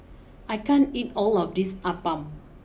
I can't eat all of this Appam